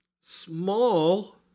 small